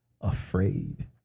afraid